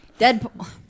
Deadpool